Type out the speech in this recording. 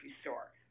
store